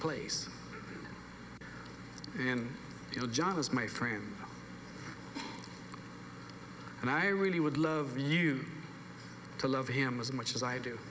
place in a job as my friend and i really would love you to love him as much as i do